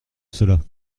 cela